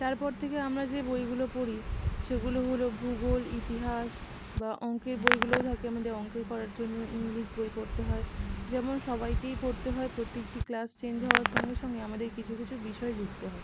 তারপর থেকে আমরা যে বইগুলো পড়ি সেগুলো হলো ভূগোল ইতিহাস বা অঙ্কের বইগুলোও থাকে আমাদের অঙ্কের করার জন্য ইংলিশ বই পড়তে হয় যেমন সবাইকেই পড়তে হয় প্রতিটি ক্লাস চেঞ্জ হওয়ার সঙ্গে সঙ্গে আমাদের কিছু কিছু বিষয় যুক্ত হয়